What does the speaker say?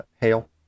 hail